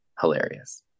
hilarious